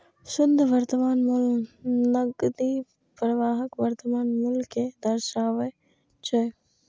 शुद्ध वर्तमान मूल्य नकदी प्रवाहक वर्तमान मूल्य कें दर्शाबै छै